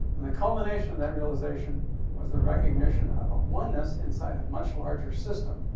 and the culmination of that realization was the recognition of a oneness inside a much larger system,